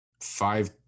Five